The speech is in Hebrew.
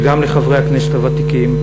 וגם לחברי הכנסת הוותיקים,